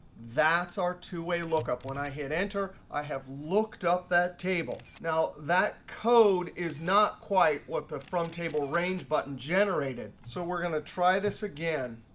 that's our two-way look up. when i hit enter, i have looked up that table. now that code is not quite what the front table range button generated. so we're going to try this again,